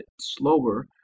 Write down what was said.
slower